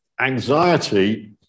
Anxiety